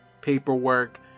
paperwork